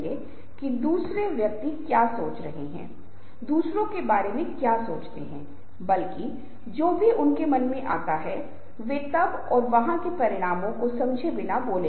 और इस प्रकार मॉडल को शोधकर्ताओं को निर्णय लेने वाले समूह को देखने में मदद करने का लाभ होता है जहां यह देखने के लिए होता है कि यह कहां है या उन मुद्दों की पहचान करने के लिए जो इसे अंतिम निर्णायक चरण की ओर सफलतापूर्वक बढ़ने से रोक सकते हैं